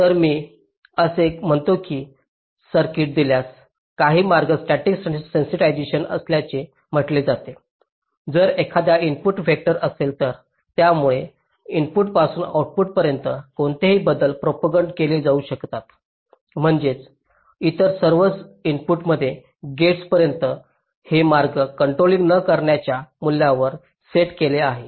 तर मी असे म्हणतो की सर्किट दिल्यास काही मार्ग स्टॅटिक सेंसिटिझशन असल्याचे म्हटले जाते जर एखादा इनपुट व्हेक्टर असेल तर त्यामुळे इनपुटपासून आऊटपुटपर्यंत कोणतेही बदल प्रोपागंट केले जाऊ शकतात म्हणजे इतर सर्व इनपुटमध्ये गेट्स पर्यंत हे मार्ग कॉन्ट्रॉलिंग न करण्याच्या मूल्यांवर सेट केले आहे